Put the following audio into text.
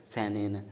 स्याने न